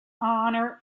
honor